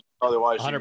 otherwise